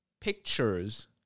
pictures